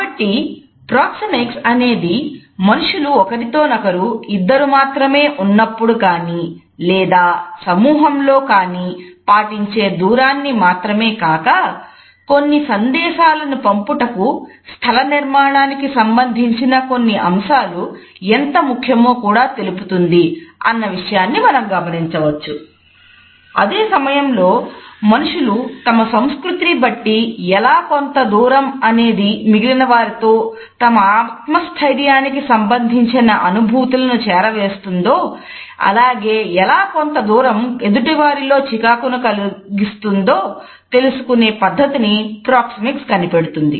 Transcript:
కాబట్టి ప్రోక్సెమిక్స్ కనిపెడుతుంది